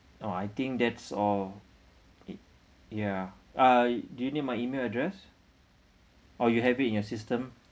orh I think that's all it ya ah do you need my email address or you have it in you system